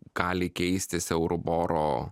gali keistis eurų boro